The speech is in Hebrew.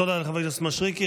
תודה לחבר הכנסת מישרקי.